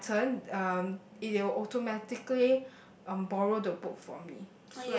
it's my turn um they will automatically um borrow the book for me